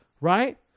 Right